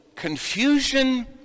confusion